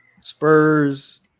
Spurs